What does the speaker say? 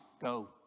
go